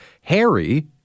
Harry